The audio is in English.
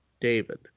David